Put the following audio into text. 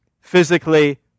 physically